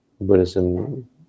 Buddhism